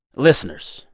listeners,